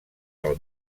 del